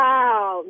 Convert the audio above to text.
Wow